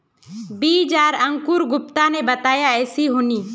बीज आर अंकूर गुप्ता ने बताया ऐसी होनी?